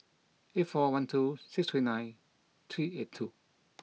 eight four one two six three nine three eight two